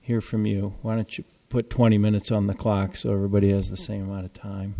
hear from you why don't you put twenty minutes on the clock so everybody has the same amount of time